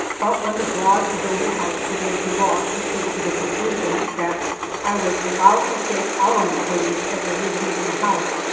but when the broad adobe house began to rock he came to the conclusion that i was about as safe out on the plains as i would be in house,